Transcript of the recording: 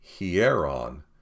Hieron